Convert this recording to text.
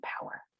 power